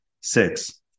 Six